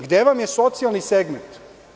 Gde vam je socijalni segment?